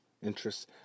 interests